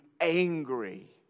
angry